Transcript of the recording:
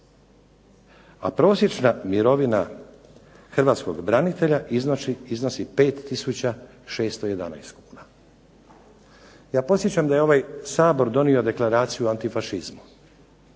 A prosječna mirovina Hrvatskog branitelja iznosi 5611 kuna. Ja podsjećam da je ovaj Sabor donio deklaraciju o antifašizmu